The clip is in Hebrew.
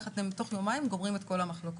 איך אתם תוך יומיים גומרים את כל המחלוקות.